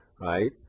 right